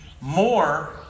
more